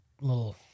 little